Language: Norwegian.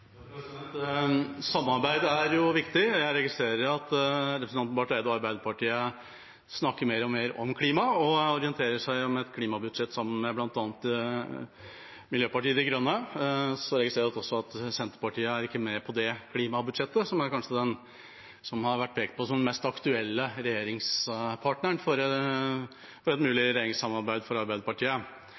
viktig. Jeg registrerer at representanten Barth Eide og Arbeiderpartiet snakker mer og mer om klima og orienterer seg om et klimabudsjett sammen med bl.a. Miljøpartiet De Grønne. Jeg registrerer også at Senterpartiet, som kanskje er det partiet som har vært pekt på som den mest aktuelle regjeringspartneren for Arbeiderpartiet i et mulig regjeringssamarbeid,